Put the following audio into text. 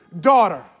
daughter